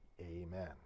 Amen